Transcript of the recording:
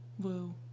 Woo